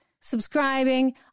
subscribing